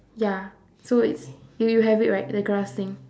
ya so it's you you have it right the grass thing